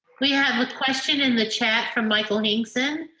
we have a question in the chat from michael hixon.